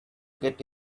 get